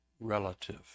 relative